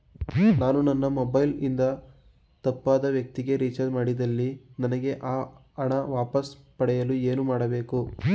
ನಾನು ನನ್ನ ಮೊಬೈಲ್ ಇಂದ ತಪ್ಪಾದ ವ್ಯಕ್ತಿಗೆ ರಿಚಾರ್ಜ್ ಮಾಡಿದಲ್ಲಿ ನನಗೆ ಆ ಹಣ ವಾಪಸ್ ಪಡೆಯಲು ಏನು ಮಾಡಬೇಕು?